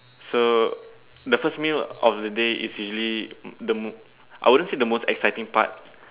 so the first meal of the day is usually the I wouldn't say the most exciting part